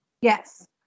Yes